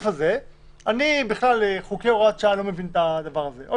אני בכלל לא מבין את הדבר הזה, הוראת שעה.